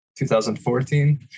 2014